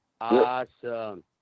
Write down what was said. Awesome